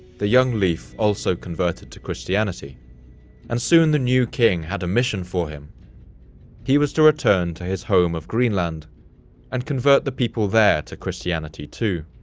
the young leif also converted to christianity and soon the new king had a mission for him he was to return to his home of greenland and convert the people there to christianity, too.